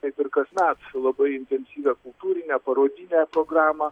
kaip ir kasmet labai intensyvią kultūrinę parodinę programą